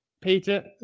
Peter